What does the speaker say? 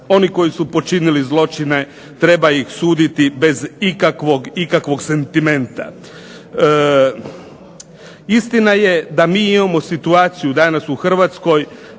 Oni koji su počinili zločine treba ih suditi bez ikakvog sentimenta. Istina je da mi imamo situaciju danas u Hrvatskoj